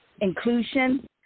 inclusion